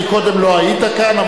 כי קודם לא היית כאן,